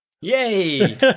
Yay